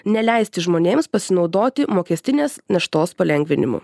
neleisti žmonėms pasinaudoti mokestinės naštos palengvinimu